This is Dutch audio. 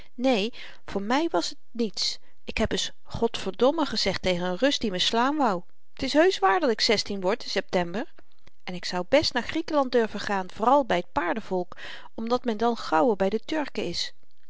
neen voor my was t niets ik heb eens godverdomme gezegd tegen n rus die me slaan wou t is heusch waar dat ik zestien word in september en ik zou best naar griekenland durven gaan vooral by t paardenvolk omdat men dan gauwer by de turken is